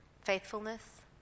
faithfulness